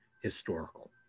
Historical